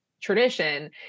tradition